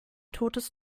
totes